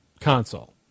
console